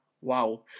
wow